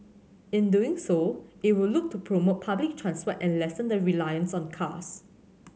in doing so it will look to promote public and lessen the reliance on cars